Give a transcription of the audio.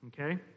okay